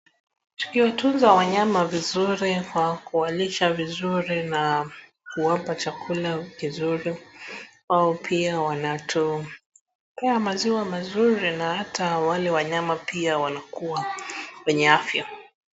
Tukiwatunza wanyama vizuri kwa kuwalisha vizuri na kuwapa chakula kizuri wao pia wanatupea maziwa mazuri na ata wale wanyama pia wanakuwa wenye afya.